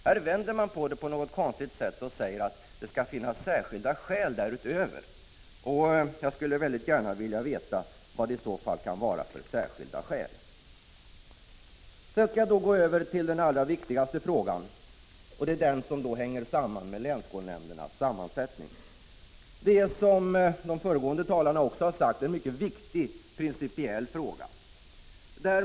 Här vänder man på det på något konstigt sätt och säger att det skall finnas särskilda skäl utöver elevens eget intresse. Jag skulle mycket gärna vilja veta vad det i så fall kan vara för särskilda skäl. Sedan skall jag gå över till den allra viktigaste frågan, nämligen den som hänger samman med länsskolnämndernas sammansättning. Det är, som de föregående talarna också har sagt, en mycket viktig principiell fråga.